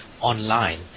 online